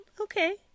okay